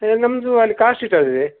madam ನಮ್ಮದು ಅಲ್ಲಿ car ಸ್ಟ್ರೀಟಲ್ಲಿದೆ